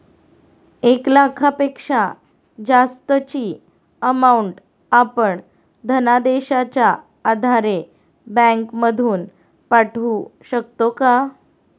एक लाखापेक्षा जास्तची अमाउंट आपण धनादेशच्या आधारे बँक मधून पाठवू शकतो का?